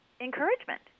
encouragement